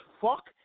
fuck